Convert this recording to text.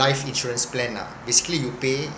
life insurance plan lah basically you pay